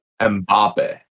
mbappe